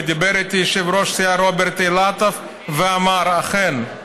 ודיבר איתי יושב-ראש הסיעה רוברט אילטוב ואמר: אכן,